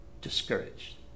discouraged